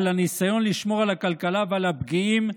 על הניסיון לשמור על הכלכלה ועל הפגיעים,